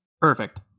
perfect